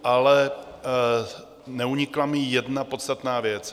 Ale neunikla mi jedna podstatná věc.